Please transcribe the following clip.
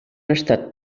estat